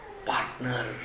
Partner